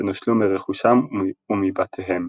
ונושלו מרכושם ומבתיהם.